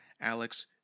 Alex